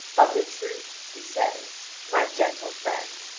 of a truth, he says, my gentle friend,